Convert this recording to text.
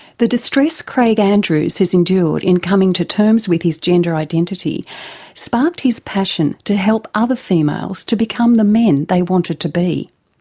the distress craig andrews has endured in coming to terms with his gender identity sparked his passion to help other females to become the men they wanted to be.